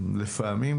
לפעמים,